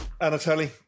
Anatoly